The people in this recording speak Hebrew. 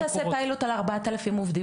אבל למה שתעשה פיילוט על ארבעת אלפים עובדים,